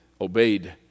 obeyed